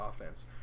offense